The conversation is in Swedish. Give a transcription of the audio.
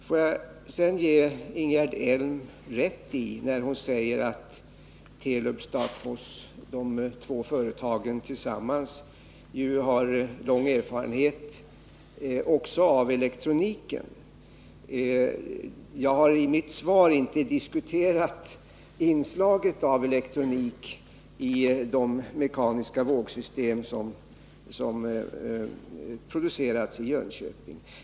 Vidare får jag ge Ingegerd Elm rätt i det hon säger om att de två företagen Telub-Stathmos tillsammans har lång erfarenhet också av elektroniken. Jag har i mitt svar inte diskuterat inslaget av elektronik i de mekaniska vågsystem som producerats i Jönköping.